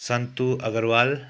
Santu Agrawal